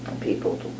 People